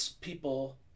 people